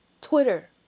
Twitter